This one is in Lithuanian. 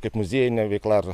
kaip muziejinė veikla ar